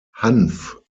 hanf